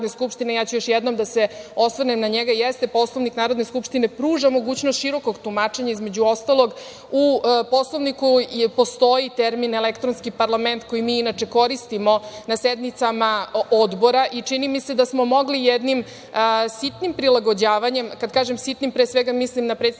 ja ću se još jednom osvrnuti na njega. Jeste, Poslovnik Narodne skupštine pruža mogućnost širokog tumačenja. Između ostalog, u Poslovniku postoji termin „elektronski parlament“ koji mi koristimo na sednicama odbora i čini mi se da smo mogli jednim sitnim prilagođavanjem, kad kažem sitnim, pre svega, mislim na predstavnike